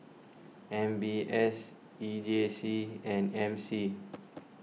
M B S E J C and M C